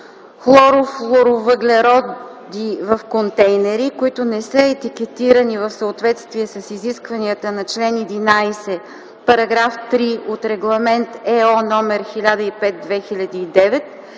хлорфлуорвъглеводороди в контейнери, които не са етикетирани в съответствие с изискванията на чл. 11, § 3 от Регламент /ЕО/ № 1005/2009,